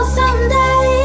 someday